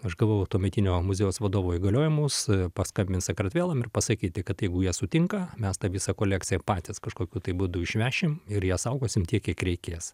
aš gavau tuometinio muziejaus vadovo įgaliojimus paskambint sakartvelam ir pasakyti kad jeigu jie sutinka mes tą visą kolekciją patys kažkokiu tai būdu išvešim ir ją saugosim tiek kiek reikės